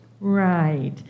Right